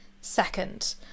second